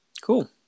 Cool